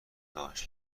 داشت